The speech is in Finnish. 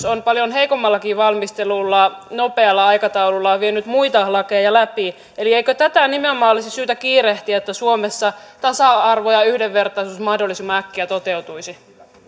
on paljon heikommallakin valmistelulla nopealla aikataululla vienyt muita lakeja läpi eikö tätä nimenomaan olisi syytä kiirehtiä että suomessa tasa arvo ja yhdenvertaisuus mahdollisimman äkkiä toteutuisivat